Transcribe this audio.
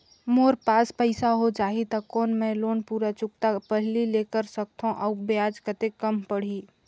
मोर पास पईसा हो जाही त कौन मैं लोन पूरा चुकता पहली ले कर सकथव अउ ब्याज कतेक कम पड़ही?